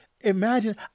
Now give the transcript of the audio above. Imagine